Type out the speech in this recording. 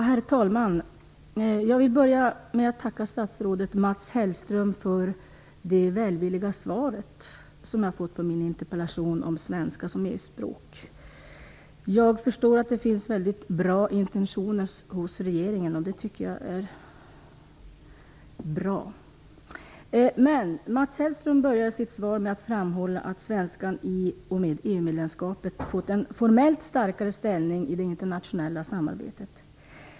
Herr talman! Jag vill börja med att tacka statsrådet Mats Hellström för det välvilliga svar som jag har fått på min interpellation om svenska som EU-språk. Jag förstår att regeringen har mycket bra intentioner, och det är utmärkt. Mats Hellström börjar dock sitt svar med att framhålla att svenskan i och med EU medlemskapet fått en formellt starkare ställning i det internationella samarbetet.